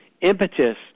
impetus